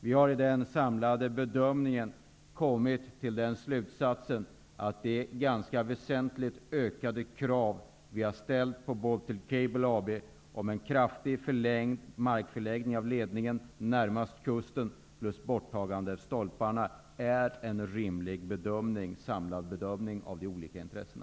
Vi har i den samlade bedömningen kommit till den slutsatsen att de ganska väsentligt ökade krav som vi har ställt på Baltic Cable AB om en kraftigt förlängd markförläggning av ledningen närmast kusten och om ett borttagande av stolparna är en rimlig samlad bedömning av de olika intressena.